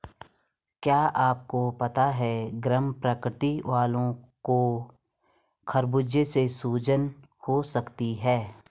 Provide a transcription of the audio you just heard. क्या आपको पता है गर्म प्रकृति वालो को खरबूजे से सूजन हो सकती है?